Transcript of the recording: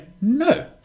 No